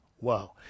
Wow